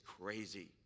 crazy